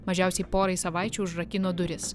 mažiausiai porai savaičių užrakino duris